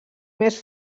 més